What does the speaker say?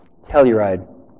telluride